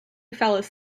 fellas